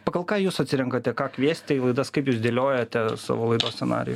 pagal ką jūs atsirenkate ką kviesti į laidas kaip jūs dėliojate savo laidos scenarijų